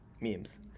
memes